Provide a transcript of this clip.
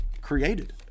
created